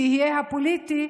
ויהיה פוליטי,